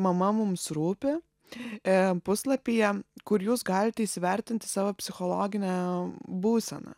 mama mums rūpi e puslapyje kur jūs galite įsivertinti savo psichologinę būseną